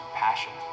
passion